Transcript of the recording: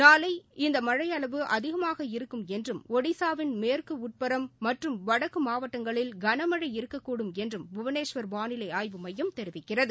நாளை இந்த மழை அளவு அதிகமாக இருக்கும் என்றும் ஒடிசாவின் மேற்கு உட்புறம் மற்றும் வடக்கு மாவட்டங்களில் கனமளழ இருக்கக்கூடும் என்று புவனேஸ்வர் வாளிலை ஆய்வுமையம் தெரிவிக்கிறது